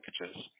packages